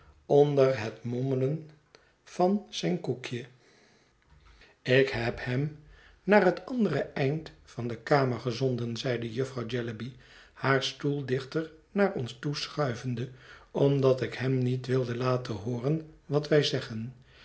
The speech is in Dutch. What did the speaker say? onder het mommelen van zijn koekje ik heb hem naar het andere eind van de kamer gezonden zeide jufvrouw jellyby haar stoel dichter naar ons toeschuivende omdat ik hem niet wilde laten hooren wat wij zeggen